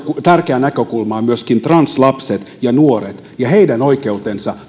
tärkeä näkökulma on myöskin translapset ja nuoret ja heidän oikeutensa